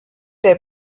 der